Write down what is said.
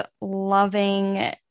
loving